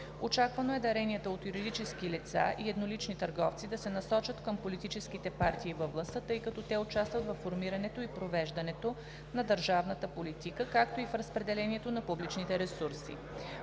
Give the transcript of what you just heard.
Очаквано е даренията от юридически лица и еднолични търговци да се насочат към политическите партии във властта, тъй като те участват във формирането и провеждането на държавната политика, както и в разпределението на публичните ресурси.